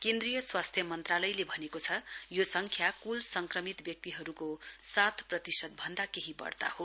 केन्द्रीय स्वास्थ्य मन्त्रालयले भनेको छ यो संख्या कुल संक्रमित व्यक्तिहरुको सात प्रतिशत भन्दा केही बढ़ता हो